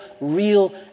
real